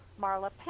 Marla